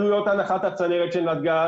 עלויות הנחות הצנרת של הגז,